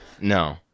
No